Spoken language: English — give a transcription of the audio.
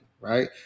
right